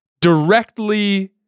directly